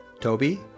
Toby